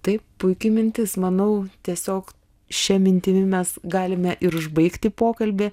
taip puiki mintis manau tiesiog šia mintimi mes galime ir užbaigti pokalbį